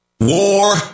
War